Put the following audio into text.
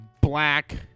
black